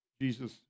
Jesus